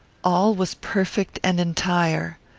all was perfect and entire.